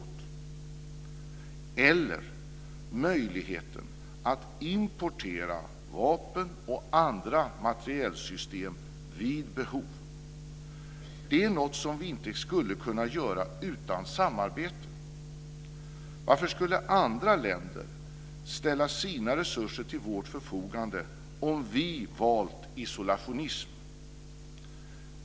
Å andra sidan har vi möjligheten att importera vapen och andra materielsystem vid behov. Det är något som vi inte skulle kunna göra utan samarbete. Varför skulle andra länder ställa sina resurser till vårt förfogande om vi valt isolationism?